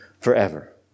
forever